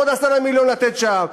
עוד 10 מיליון לתת שם?